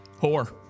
whore